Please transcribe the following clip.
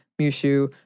Mushu